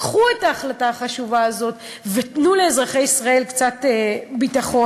קבלו את ההחלטה החשובה הזאת ותנו לאזרחי ישראל קצת ביטחון,